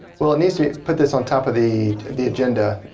well, it needs to put this on top of the the agenda.